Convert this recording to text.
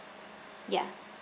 ya